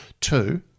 Two